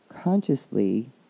consciously